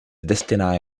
destiny